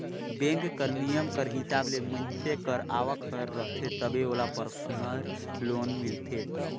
bank कर नियम कर हिसाब ले मइनसे कर आवक हर रहथे तबे ओला परसनल लोन मिलथे